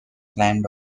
climbed